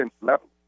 level